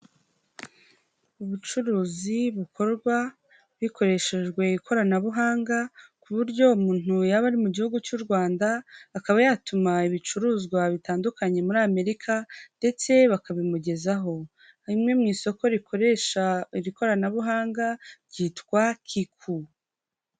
Ubucuruzi bukorwa bikoreshejwe ikoranabuhanga ku buryo umuntu yaba ari mu gihugu cy'u rwanda akaba yatuma ibicuruzwa bitandukanye muri amerika ndetse bakabimugezaho. Hari rimwe mu isoko rikoresha iri koranabuhanga ryitwa kiku.